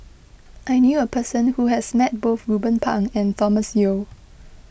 I knew a person who has met both Ruben Pang and Thomas Yeo